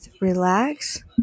relax